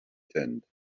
tent